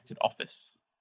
office